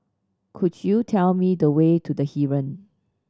could you tell me the way to The Heeren